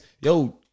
Yo